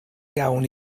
iawn